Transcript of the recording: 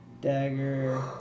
Dagger